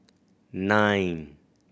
nine